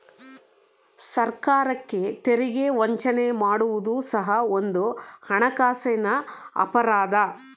ಸರ್ಕಾರಕ್ಕೆ ತೆರಿಗೆ ವಂಚನೆ ಮಾಡುವುದು ಸಹ ಒಂದು ಹಣಕಾಸಿನ ಅಪರಾಧ